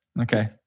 Okay